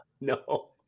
No